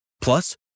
Plus